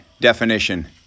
definition